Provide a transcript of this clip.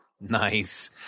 Nice